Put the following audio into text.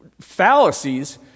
fallacies